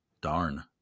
darn